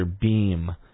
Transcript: Beam